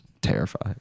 terrified